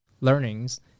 learnings